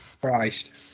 Christ